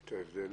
את ההבדל.